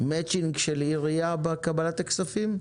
מאצ'ינג של עירייה בקבלת הכספים?